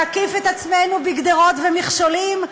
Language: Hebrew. להקיף את עצמנו בגדרות ומכשולים?